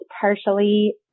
partially